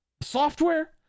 software